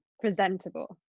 presentable